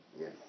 Yes